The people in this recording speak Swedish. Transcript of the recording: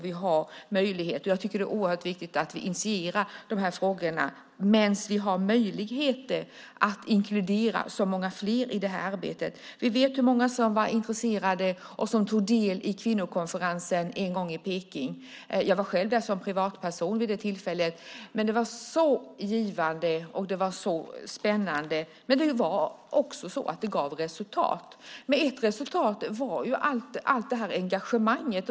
Det är oerhört viktigt att initiera de här frågorna medan vi har möjlighet att inkludera så många fler i arbetet. Vi vet hur många som var intresserade och tog del i kvinnokonferensen en gång i Peking. Jag var själv där som privatperson. Det var så givande och spännande, men det gav också resultat. Ett resultat var allt engagemang.